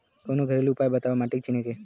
कवनो घरेलू उपाय बताया माटी चिन्हे के?